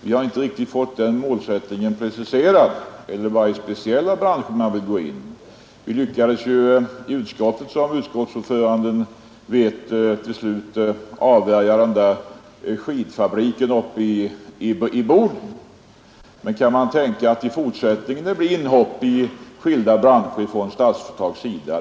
Vi har inte fått målsättningen riktigt preciserad. Eller är det i speciella branscher man vill gå in? Som utskottsordföranden vet, lyckades vi i utskottet till slut avvärja skidfabriken i Boden, men kan man tänka sig att det i fortsättningen blir inhopp i skilda branscher från Statsföretags sida?